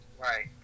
Right